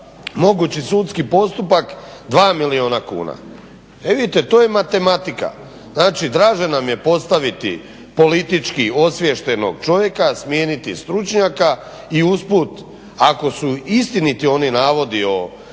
mogući sudski postupak 2 milijuna kuna. E vidite to je matematika. Znači, draže nam je postaviti politički osviještenog čovjeka, smijeniti stručnjaka i usput ako su istiniti oni navodi o